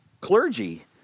clergy